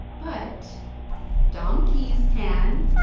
but donkeys can,